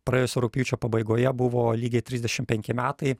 praėjusio rugpjūčio pabaigoje buvo lygiai trisdešimt penki metai